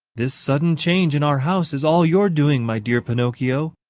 this sudden change in our house is all your doing, my dear pinocchio,